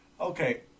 Okay